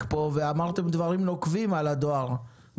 התאפק ובשעה האחרונה אמרתם דברים נוקבים על הדואר.